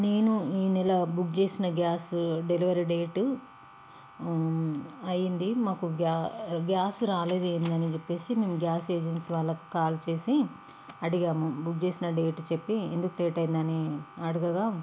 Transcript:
నేను ఈనెల బుక్ చేసిన గ్యాసు డెలివరీ డేటు అయ్యింది మాకు గ్యాసు రాలేదు ఏంటని చెప్పి మేము గ్యాస్ ఏజన్సీ వాళ్ళకి కాల్ చేసి అడిగాము బుక్ చేసిన డేటు చెప్పి ఎందుకు లేట్ అయ్యిందని అడగగా